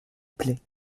plaît